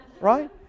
Right